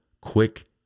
quick